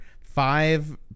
five